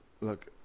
look